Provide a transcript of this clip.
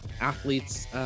athletes